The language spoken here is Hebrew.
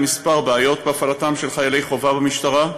כמה בעיות בהפעלת חיילי חובה במשטרה,